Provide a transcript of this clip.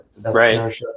Right